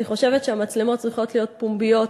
אני חושבת שהמצלמות צריכות להיות פומביות,